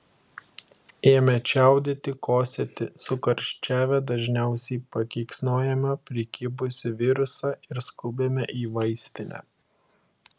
ėmę čiaudėti kosėti sukarščiavę dažniausiai pakeiksnojame prikibusį virusą ir skubame į vaistinę